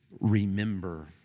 remember